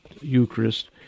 Eucharist